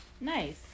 Nice